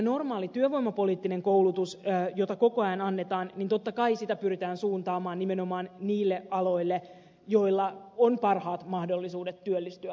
tätä normaalia työvoimapoliittista koulutusta jota koko ajan annetaan totta kai pyritään suuntaamaan nimenomaan niille aloille joilla on parhaat mahdollisuudet työllistyä